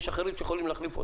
יש אחרים שיכולים להחליף אותו.